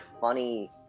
funny